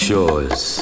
shores